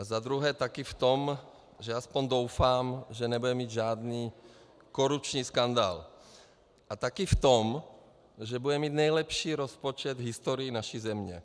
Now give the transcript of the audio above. A za druhé taky v tom, že, aspoň doufám, že nebude mít žádný korupční skandál, a taky v tom, že bude mít nejlepší rozpočet v historii naší země.